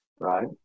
Right